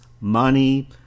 money